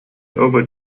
over